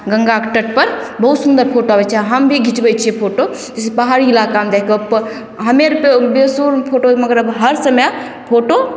गंगाके तटपर बहुत सुन्दर फोटो आबय छै हम भी घिचबय छियै फोटो जैसे पहाड़ी इलाकामे जाइके हमे फोटो मगर अब हर समय फोटो